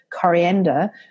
coriander